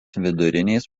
vidurinės